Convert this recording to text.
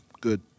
Good